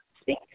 Speak